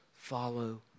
follow